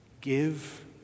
give